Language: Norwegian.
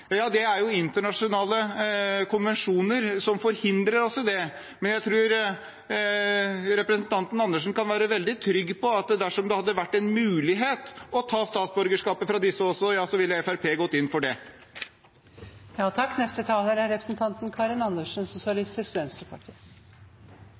internasjonale konvensjoner som forhindrer det. Jeg tror representanten Andersen kan være veldig trygg på at dersom det hadde vært mulig å ta statsborgerskapet fra disse også, ville Fremskrittspartiet gått inn for